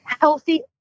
healthy